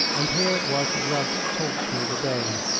and here it was that rudd taught me the game.